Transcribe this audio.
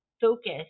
focus